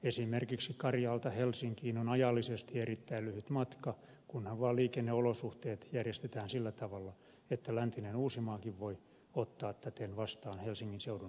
esimerkiksi karjaalta helsinkiin on ajallisesti erittäin lyhyt matka kunhan vaan liikenneolosuhteet järjestetään sillä tavalla että läntinen uusimaakin voi ottaa täten vastaan helsingin seudun kasvupaineita